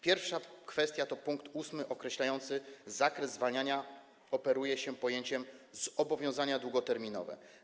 Pierwsza kwestia to pkt 8: określając zakres zwolnienia, operuje się pojęciem „zobowiązanie długoterminowe”